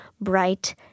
bright